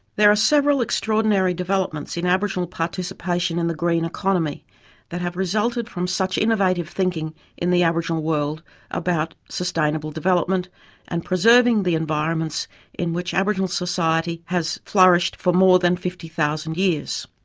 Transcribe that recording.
there are several extraordinary developments in aboriginal participation in the green economy that have resulted from the innovative thinking in the aboriginal world about sustainable development and preserving the environments in which aboriginal society has flourished for more than fifty thousand years.